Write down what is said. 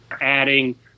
adding